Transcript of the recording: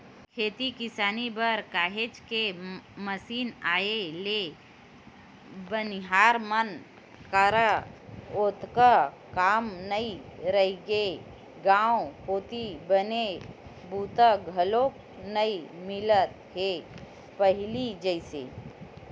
खेती किसानी बर काहेच के मसीन आए ले बनिहार मन करा ओतका काम नइ रहिगे गांव कोती बने बूता घलोक नइ मिलत हे पहिली जइसे